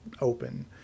open